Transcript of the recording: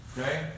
Okay